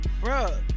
bro